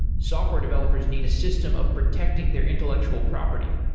software developers need a system of protecting their intellectual property.